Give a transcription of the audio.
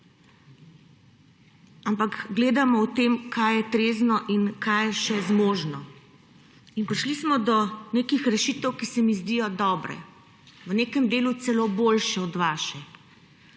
Ampak gledamo v tem, kaj je trezno in kaj je še zmožno. In prišli smo do nekih rešitev, ki se mi zdijo dobre. V nekem delu celo boljše od vaše,